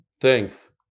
thanks